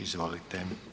Izvolite.